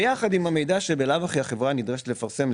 ביחד עם המידע שבלאו הכי החברה נדרשת לפרסם,